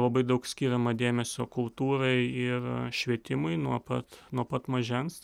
labai daug skiriama dėmesio kultūrai ir švietimui nuo pat nuo pat mažens